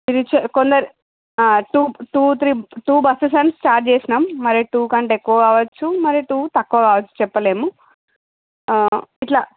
ఇవి చే కొందరు to two three two buses అని స్టార్ట్ చేసినాం మరి టూ కంటే ఎక్కువ కావచ్చు మరి టూ తక్కువ కావచ్చు చెప్పలేము ఇట్లా